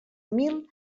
mil